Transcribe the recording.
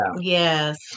Yes